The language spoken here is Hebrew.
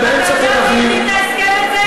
תיזהר בדבריך.